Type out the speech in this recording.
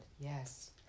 Yes